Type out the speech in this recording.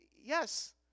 Yes